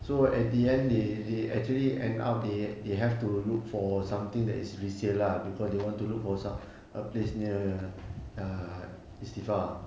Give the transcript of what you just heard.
so at the end they they actually end up they they have to look for something that is resale lah because they want to look for some a place near err istighfar